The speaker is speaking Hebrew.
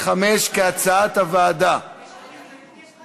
זוהיר בהלול,